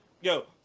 yo